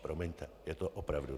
Promiňte, je to opravdu tak!